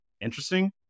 interesting